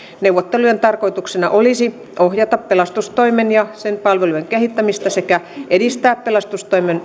neuvottelujen tarkoituksena olisi ohjata pelastustoimen ja sen palvelujen kehittämistä sekä edistää pelastustoimen